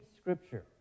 scripture